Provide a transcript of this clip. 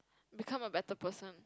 become a better person